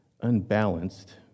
unbalanced